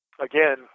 again